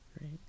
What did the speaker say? right